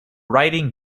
writing